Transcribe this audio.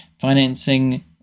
Financing